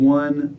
one